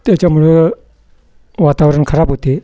त्याच्यामुळं वातावरण खराब होते